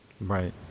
Right